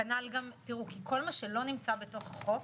תראו, כי כל מה שלא נמצא בתוך החוק,